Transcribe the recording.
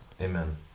Amen